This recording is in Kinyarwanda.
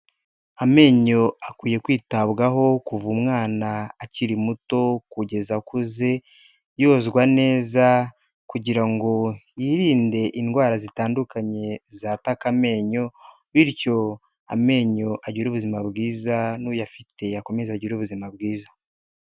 Amenyo akwiye kwitabwaho kuva umwana akiri muto kugeza akuze, yozwa neza kugira ngo hirinde indwara zitandukanye zataka amenyo bityo amenyo agire ubuzima bwiza n'uyafite akomeze agire ubuzima bwiza.